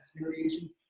variations